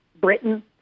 Britain